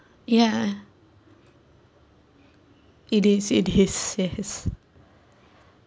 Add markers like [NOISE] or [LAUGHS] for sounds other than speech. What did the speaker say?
ya it is it is [LAUGHS] yes